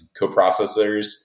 coprocessors